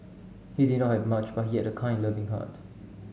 he did not have much but he had a kind and loving heart